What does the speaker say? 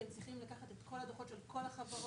כי צריך לקחת את כל הדוחות של כל החברות.